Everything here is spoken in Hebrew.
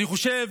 אני חושב